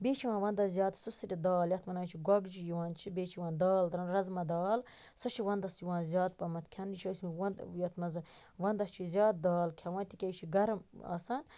بیٚیہِ چھِ یِوان وَندَس زیادٕ سٕسرٕ دال یتھ وَنان چھِ گۄگجہِ یِوان چھِ بیٚیہِ چھِ یِوان دال تراونہٕ رازما دال سۄ چھِ وَندَس یِوان زیاد پَہمَتھ کھیٚنہٕ یہِ چھُ اَسہِ یتھ مَنٛز وَندَس چھِ أسۍ زیاد دال کھیٚوان تکیازِ یہِ چھ گرم آسان